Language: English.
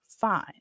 fine